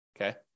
Okay